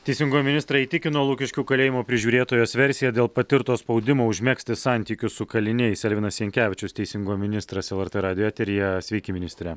teisingumo ministrą įtikino lukiškių kalėjimo prižiūrėtojos versija dėl patirto spaudimo užmegzti santykius su kaliniais elvinas jankevičius teisingumo ministras lrt radijo eteryje sveiki ministre